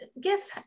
guess